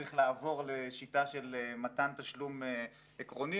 שצריך לעבור לשיטה של מתן תשלום עקרוני,